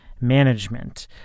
management